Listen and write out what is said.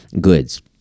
goods